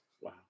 Wow